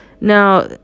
Now